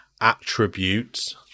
attributes